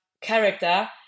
character